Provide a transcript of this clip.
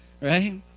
Right